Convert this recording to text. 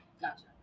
Gotcha